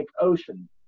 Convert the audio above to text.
Ocean